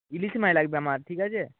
ইলিশ মাছ লাগবে আমার ঠিক আছে